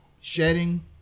shedding